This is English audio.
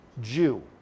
Jew